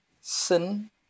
Sin